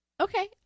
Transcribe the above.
okay